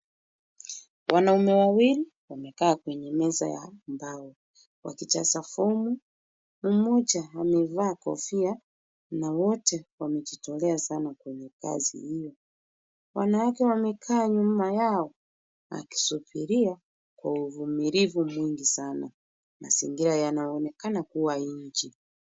Wanaume wawili wamekaa kwenye meza ya mbao wakijaza fomu. Mmoja amevaa kofia na mmoja amejitolea sana kwenye kazi hiyo. Wanawake wamekaa nyuma yao akisubiria kwa uvumilivu mwingi sana. Mazingira yanaonekana kuwa nje.